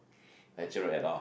natural at all